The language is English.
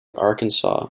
arkansas